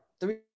three